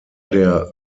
der